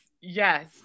Yes